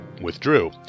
withdrew